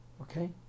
Okay